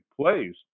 plays